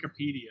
Wikipedia